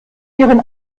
ihren